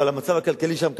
אבל המצב הכלכלי שם קשה,